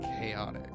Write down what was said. chaotic